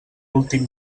últim